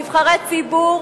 נבחרי ציבור